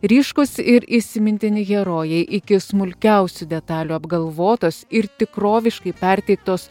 ryškūs ir įsimintini herojai iki smulkiausių detalių apgalvotos ir tikroviškai perteiktos